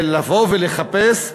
לבוא ולחפש,